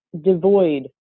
devoid